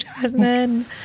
Jasmine